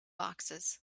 boxes